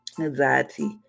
anxiety